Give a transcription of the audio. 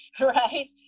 right